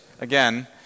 again